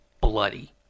bloody